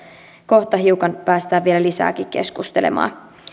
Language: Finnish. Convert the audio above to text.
kohta hiukan päästään vielä lisääkin keskustelemaan